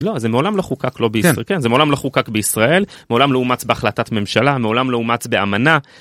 לא, זה מעולם לא חוקק לא ביש... כן, זה מעולם לא חוקק בישראל, מעולם לא אומץ בהחלטת ממשלה, מעולם לא אומץ באמנה.